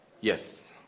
Yes